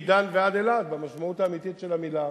מדן ועד אילת, במשמעות האמיתית של המלה,